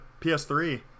PS3